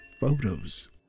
photos